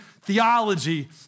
theology